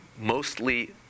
mostly